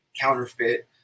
counterfeit